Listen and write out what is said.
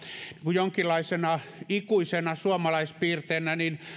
jonkinlaisena ikuisena suomalaispiirteenä niin